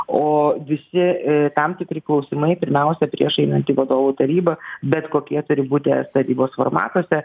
o visi tam tikri klausimai pirmiausia prieš einant į vadovų tarybą bet kokie turi būti es tarybos formatuose